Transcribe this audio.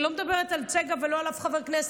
אני לא מדברת על צגה ולא על אף חבר כנסת.